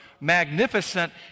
magnificent